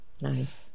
Nice